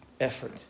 effort